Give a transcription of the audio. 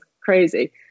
crazy